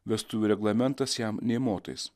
vestuvių reglamentas jam nė motais